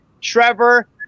Trevor